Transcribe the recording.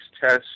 tests